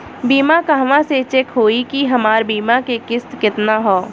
बीमा कहवा से चेक होयी की हमार बीमा के किस्त केतना ह?